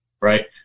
right